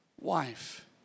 wife